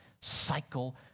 cycle